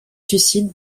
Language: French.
suicide